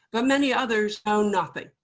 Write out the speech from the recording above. but many others know nothing,